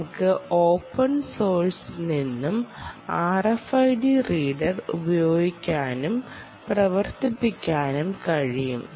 നമുക്ക് ഓപ്പൺ സോഴ്സിൽ നിന്ന് RFID റീഡർ ഉപയോഗിക്കാനും പ്രവർത്തിപ്പിക്കാനും കഴിയും